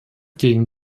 gegen